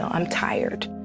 um i'm tired.